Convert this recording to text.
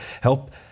help